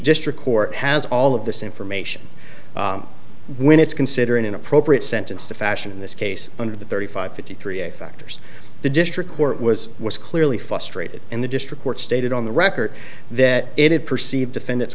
district court has all of this information when it's considering an appropriate sentence to fashion in this case under the thirty five fifty three a factors the district court was was clearly frustrated and the district court stated on the record that it perceived defendants